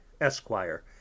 Esquire